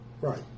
Right